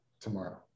tomorrow